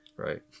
Right